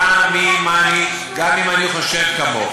גם אם אני חושב כמוך,